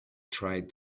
tried